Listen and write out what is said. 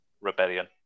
rebellion